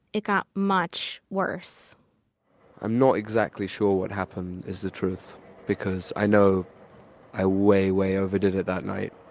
it got much worse i'm not exactly sure what happened is the truth because i know i way way over did it that night.